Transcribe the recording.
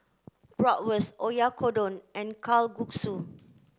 Bratwurst Oyakodon and Kalguksu